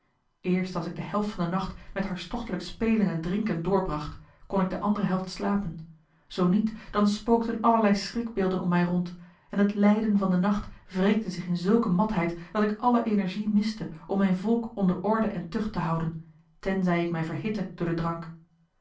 eerst als ik de helft van den nacht met hartstochtelijk spelen en drinken doorbracht kon ik de andere helft slapen zoo niet dan spookten allerlei schrikbeelden om mij rond en het lijden van den nacht wreekte zich in zulke matheid dat ik alle energie miste om mijn volk onder orde en tucht te houden tenzij ik mij verhitte door den drank